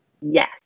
Yes